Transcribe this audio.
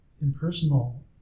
impersonal